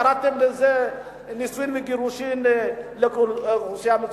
קראתם לזה נישואים וגירושים לאוכלוסייה מצומצמת.